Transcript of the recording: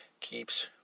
keeps